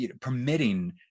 permitting